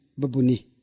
babuni